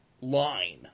line